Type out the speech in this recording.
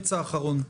במרץ האחרון.